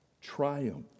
triumph